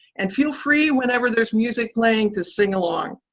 and feel free whenever there's music playing to sing along.